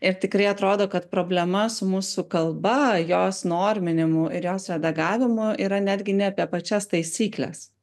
ir tikrai atrodo kad problema su mūsų kalba jos norminimu ir jos redagavimu yra netgi ne apie pačias taisykles